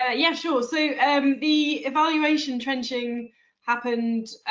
ah yes, sure, so the evaluation trenching happened